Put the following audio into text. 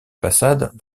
façades